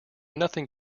nothing